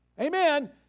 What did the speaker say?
amen